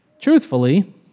truthfully